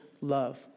love